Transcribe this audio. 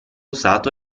usato